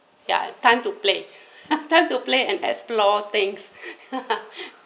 ya time to play time to play and explore things